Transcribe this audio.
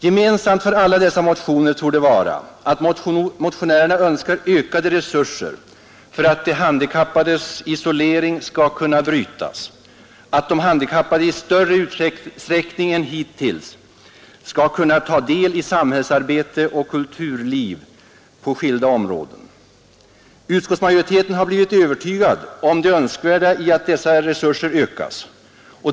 Gemensamt för alla dessa motioner torde vara att motionärerna önskar ökade resurser för att de handikappades isolering skall kunna brytas och att de handikappade i större utsträckning än hittills skall kunna ta del i samhällsarbete och kulturliv på skilda områden. Utskottsmajoriteten har blivit övertygad om det önskvärda i att dessa resurser ökas.